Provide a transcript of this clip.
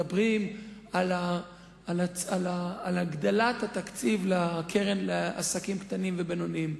מדברים על הגדלת התקציב לקרן לעסקים קטנים ובינוניים.